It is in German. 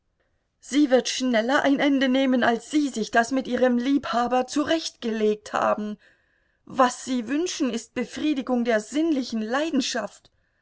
sie wird schneller ein ende nehmen als sie sich das mit ihrem liebhaber zurechtgelegt haben was sie wünschen ist befriedigung der sinnlichen leidenschaft